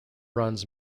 runs